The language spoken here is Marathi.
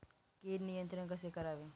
कीड नियंत्रण कसे करावे?